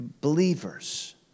believers